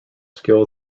skill